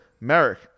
Merrick